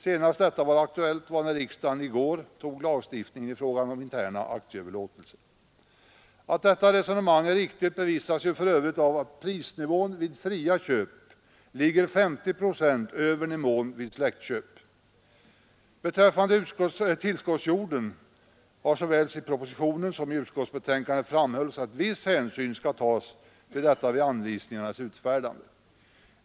Senast detta var aktuellt var när riksdagen i går antog lagstiftningen om interna aktieöverlåtelser. Att detta resonemang är riktigt bevisas för övrigt av att prisnivån vid fria köp ligger 50 procent över nivån vid släktköp. Beträffande tillskottsjorden har såväl i propositionen som i utskottsbetänkandet framhållits att viss hänsyn skulle tas till detta vid anvisningarnas utfärdande.